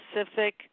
specific